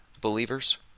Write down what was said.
believers